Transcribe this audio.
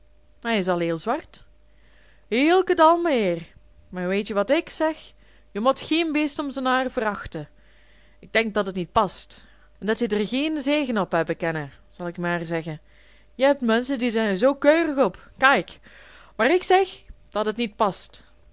hij is al heel zwart hielkendal meheer maar weetje wat ik zeg je mot gien beest om zen haar verachten ik denk dat et niet past en dat je der gien zegen op hebbe kenne zel ik mær zeggen je heb mense die zijn er zoo keurig op kaik maar ik zeg dat et niet past